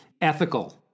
ethical